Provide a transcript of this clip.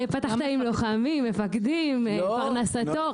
פתחת עם לוחמים, מפקדים, פרנסתו.